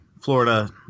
Florida